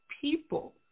people